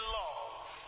love